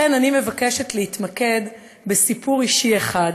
לכן אני מבקשת להתמקד בסיפור אישי אחד,